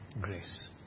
Grace